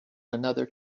another